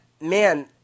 man